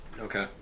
okay